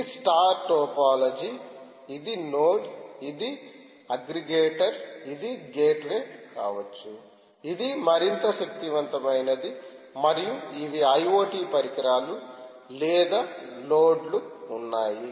ఇది star topology ఇది node ఇది అగ్రిగేటర్ ఇది గేట్వే కావచ్చు ఇది మరింత శక్తివంతమైనది మరియు ఇవి ఐఓటీ పరికరాలు లేదా లోడ్లు ఉన్నాయి